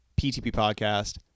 PTPpodcast